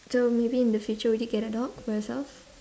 so maybe in the future will you get a dog for yourself